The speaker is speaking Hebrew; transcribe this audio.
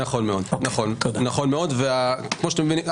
נכון מאוד וכמו שאתם מבינים,